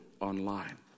online